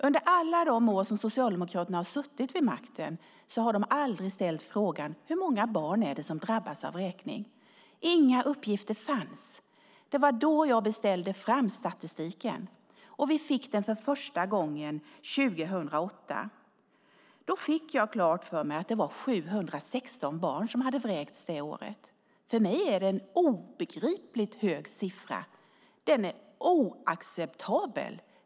Under alla de år som Socialdemokraterna har suttit vid makten har de aldrig ställt frågan: Hur många barn är det som drabbas av vräkning? Inga uppgifter fanns. Det var då jag beställde fram statistiken, och vi fick den för första gången 2008. Då fick jag klart för mig att det var 716 barn som hade vräkts det året. För mig är det en obegripligt hög siffra - den är oacceptabel.